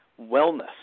wellness